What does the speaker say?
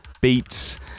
beats